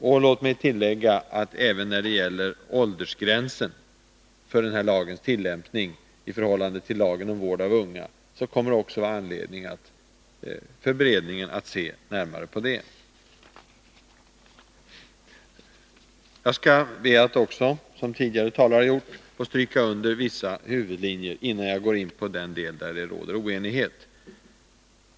Låt mig också tillägga att det även kommer att finnas anledning för beredningen att närmare studera frågan om åldersgränserna för denna lags tillämpning i förhållande till lagen om vård av unga. Jag skall, som tidigare talare har gjort, stryka under vissa huvudlinjer, innan jag går in på den del där det råder oenighet.